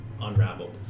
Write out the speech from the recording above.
unraveled